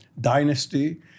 dynasty